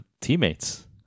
teammates